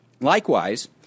Likewise